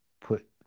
put